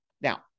Now